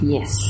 Yes